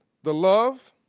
the love,